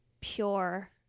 pure